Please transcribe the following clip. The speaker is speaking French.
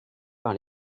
par